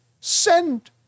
Send